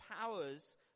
powers